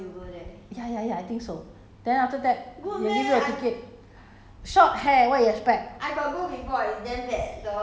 uh you you you pay the the money through the machine ya ya ya I think so then after that they will give you a ticket